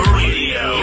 radio